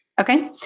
Okay